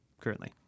currently